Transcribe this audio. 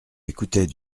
écoutait